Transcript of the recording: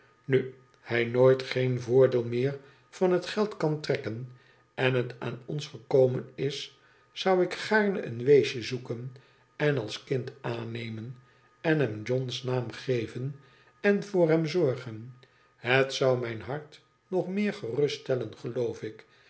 nu hij dooit geen voordeel meer van het geld kan trekken en het aan ons gekomen is zou ik gaarne een weesje zoeken en als kind aannemen en hem john's naam geven en voor hem zorgen het zou wijn hart nog meer geruststellen geloof ik